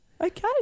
Okay